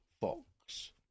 Fox